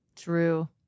true